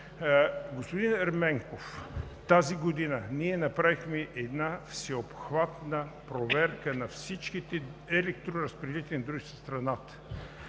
Господин Ерменков, тази година ние направихме една всеобхватна проверка на всичките електроразпределителни дружества в страната.